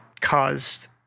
caused